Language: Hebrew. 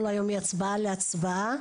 כל היום מהצבעה להצבעה.